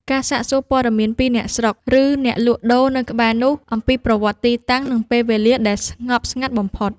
ការសាកសួរព័ត៌មានពីអ្នកស្រុក ឬអ្នកលក់ដូរនៅក្បែរនោះ អំពីប្រវត្តិទីតាំង និងពេលវេលាដែលស្ងប់ស្ងាត់បំផុត។